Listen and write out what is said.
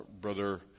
Brother